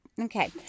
Okay